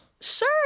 Sure